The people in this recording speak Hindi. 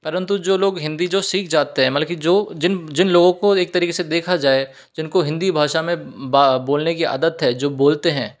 परंतु जो लोग हिंदी जो सीख जाते हैं मतलब कि जो जिन जिन लोगों को एक तरीके से देखा जाए जिनको हिंदी भाषा में बोलने की आदत है जो बोलते हैं